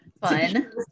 Fun